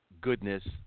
goodness